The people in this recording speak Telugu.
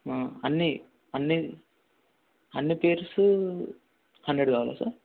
అన్నిపెయిర్సు హండ్రెడ్ కావాలా సార్